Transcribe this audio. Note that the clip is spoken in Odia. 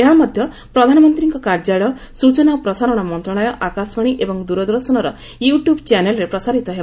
ଏହା ମଧ୍ୟ ପ୍ରଧାନମନ୍ତ୍ରୀଙ୍କ କାର୍ଯ୍ୟାଳୟ ସ୍ବଚନା ଓ ପ୍ରସାରଣ ମନ୍ତ୍ରଣାଳୟ ଆକାଶବାଣୀ ଏବଂ ଦୂରଦର୍ଶନର ୟୁଟୁବ୍ ଚ୍ୟାନେଲ୍ରେ ପ୍ରସାରିତ ହେବ